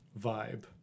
vibe